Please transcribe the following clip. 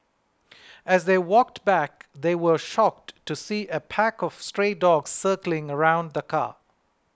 as they walked back they were shocked to see a pack of stray dogs circling around the car